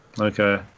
Okay